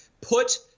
put